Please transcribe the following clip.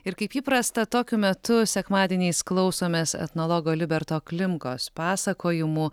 ir kaip įprasta tokiu metu sekmadieniais klausomės etnologo liberto klimkos pasakojimų